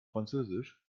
französisch